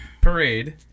Parade